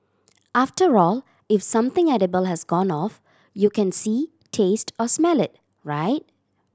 after all if something edible has gone off you can see taste or smell it right